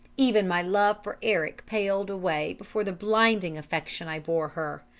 even my love for eric paled away before the blinding affection i bore her.